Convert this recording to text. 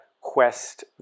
Quest